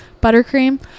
buttercream